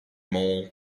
mall